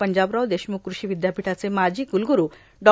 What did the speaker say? पंजाबराव देशम्ख कृषी विद्यापीठाचे माजी क्लग्रू डॉ